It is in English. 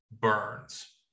burns